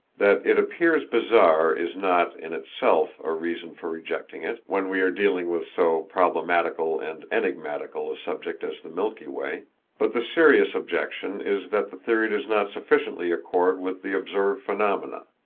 that it appears bizarre is not, in itself, a reason for rejecting it, when we are dealing with so problematical and enigmatical a subject as the milky way but the serious objection is that the theory does not sufficiently accord with the observed phenomena.